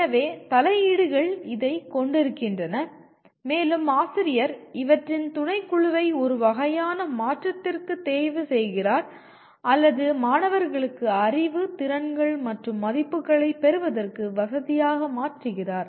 எனவே தலையீடுகள் இதைக் கொண்டிருக்கின்றன மேலும் ஆசிரியர் இவற்றின் துணைக்குழுவை ஒரு வகையான மாற்றத்திற்கு தேர்வு செய்கிறார் அல்லது மாணவர்களுக்கு அறிவு திறன்கள் மற்றும் மதிப்புகளைப் பெறுவதற்கு வசதியாக மாற்றுகிறார்